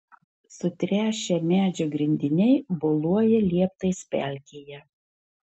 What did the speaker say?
sutręšę medžio grindiniai boluoja lieptais pelkėje